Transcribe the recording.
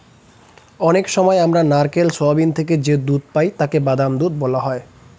অনেক সময় আমরা নারকেল, সোয়াবিন থেকে যে দুধ পাই তাকে বাদাম দুধ বলা হয়